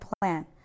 plan